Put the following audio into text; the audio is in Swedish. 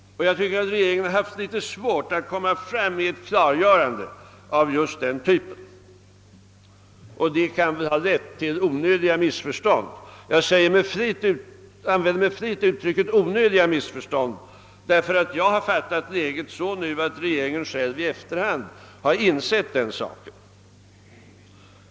Jag tycker att regeringen hafi litet svårt att göra ett klarläggande av just det slaget. Det har lett till onödiga missförstånd. Jag använde — med flit uttrycket onödiga missförstånd, ty jag har fattat läget så att regeringen själv i efterhand har insett att så varit fallet.